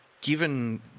given